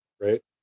Right